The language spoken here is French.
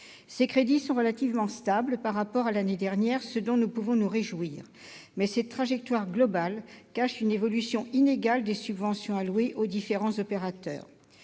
Ses crédits sont relativement stables par rapport à l'année dernière, ce dont nous pouvons nous réjouir. Mais cette trajectoire globale cache une évolution inégale des subventions allouées aux différents opérateurs.